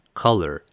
color